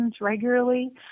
regularly